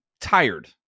tired